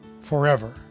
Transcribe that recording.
forever